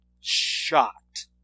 shocked